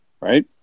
right